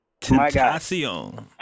Tentacion